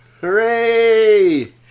Hooray